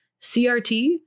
CRT